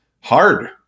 hard